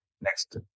Next